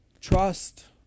Trust